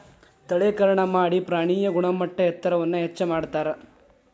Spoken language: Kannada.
ತಳೇಕರಣಾ ಮಾಡಿ ಪ್ರಾಣಿಯ ಗುಣಮಟ್ಟ ಎತ್ತರವನ್ನ ಹೆಚ್ಚ ಮಾಡತಾರ